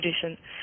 tradition